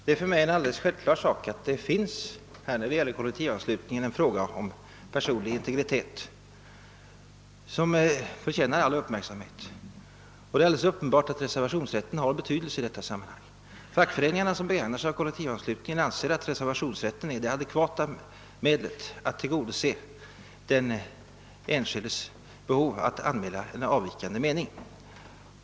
Herr talman! Det är för mig självklart att det beträffande kollektivanslutningen föreligger en fråga om personlig integritet, som förtjänar att uppmärksammas. Det är också uppenbart att reservationsrätten har betydelse i detta sammanhang. Fackföreningarna, som begagnar sig av kollektivanslutning, anser att reservationsrätten är det adekvata medlet för att tillgodose den enskildes behov av att kunna anmäla en avvikande mening.